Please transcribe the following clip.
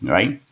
right?